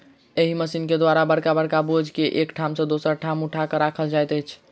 एहि मशीन के द्वारा बड़का बड़का बोझ के एक ठाम सॅ दोसर ठाम उठा क राखल जाइत अछि